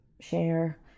share